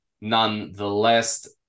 nonetheless